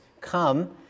come